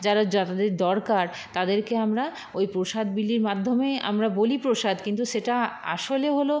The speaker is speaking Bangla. যারা যাদের দরকার তাদেরকে আমরা ওই প্রসাদ বিলির মাধ্যমে আমরা বলি প্রসাদ কিন্তু সেটা আসলে হলো